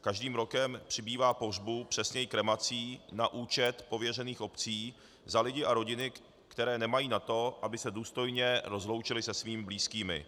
Každým rokem přibývá pohřbů, přesněji kremací na účet pověřených obcí za lidi a rodiny, které nemají na to, aby se důstojně rozloučili se svými blízkými.